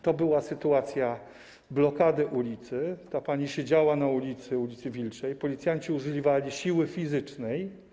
To była sytuacja blokady ulicy, ta pani siedziała na ulicy, ul. Wilczej, policjanci używali siły fizycznej.